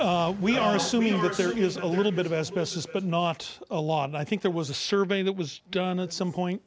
is a little bit of asbestos but not a lot and i think there was a survey that was done at some point